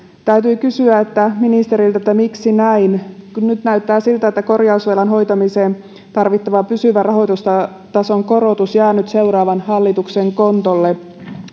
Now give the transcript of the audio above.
täytyy kysyä ministeriltä miksi näin nyt näyttää siltä että korjausvelan hoitamiseen tarvittava pysyvä rahoitustason korotus jää seuraavan hallituksen kontolle